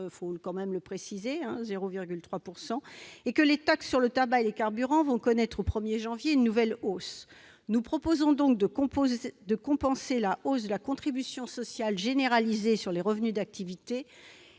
%, soit en deçà de l'inflation, et parce que les taxes sur le tabac et les carburants vont connaître au 1 janvier une nouvelle hausse. Nous proposons donc de compenser la hausse de la contribution sociale généralisée sur les revenus d'activité